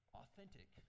authentic